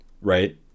Right